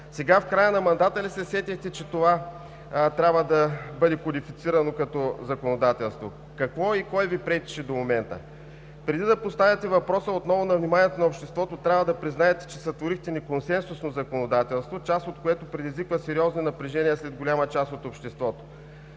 Сега, в края на мандата ли се сетихте, че това трябва да бъде кодифицирано като законодателство? Какво и кой Ви пречеше до момента? Преди да поставите въпроса отново на вниманието на обществото, трябва да признаете, че сътворихте неконсенсусно законодателство, част от което предизвиква сериозно напрежение сред голяма част от обществото;